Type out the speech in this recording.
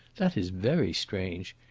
that is very strange.